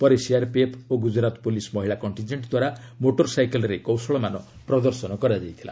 ପରେ ସିଆର୍ପିଏଫ୍ ଓ ଗୁଜୁରାତ ପୁଲିସ ମହିଳା କଣ୍ଟିଜିଏଣ୍ଟ ଦ୍ୱାରା ମୋଟରସାଇକଲରେ କୌଶଳମାନ ପ୍ରଦର୍ଶନ କରାଯାଇଥିଲା